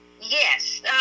Yes